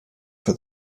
for